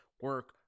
Work